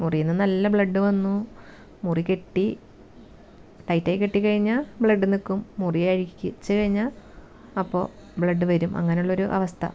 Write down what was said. മുറിയിൽ നിന്ന് നല്ല ബ്ലഡ് വന്നു മുറി കെട്ടി ടൈറ്റായി കെട്ടി കഴിഞ്ഞാൽ ബ്ലഡ് നിൽക്കും മുറി അ ഴിച്ച് കഴിഞ്ഞാൽ അപ്പോൾ ബ്ലഡ് വരും അങ്ങനെ ഉള്ളൊരു അവസ്ഥ